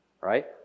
Right